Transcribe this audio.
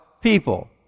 people